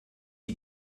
die